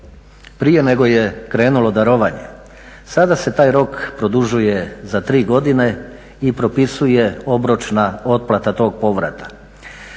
prije nego je krenulo darovanje sada se taj rok produžuje za tri godine i propisuje obročna otplata tog povrata.